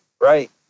right